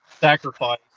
sacrifice